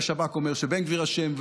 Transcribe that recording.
השב"כ אומר שבין גביר אשם,